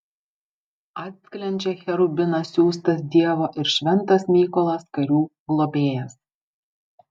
atsklendžia cherubinas siųstas dievo ir šventas mykolas karių globėjas